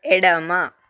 ఎడమ